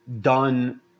done